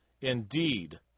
Indeed